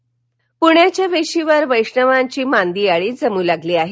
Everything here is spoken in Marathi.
पालखी पृण्याच्या वेशीवर वैष्णवांची मांदियाळी जमू लागली आहे